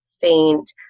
faint